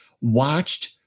watched